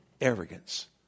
arrogance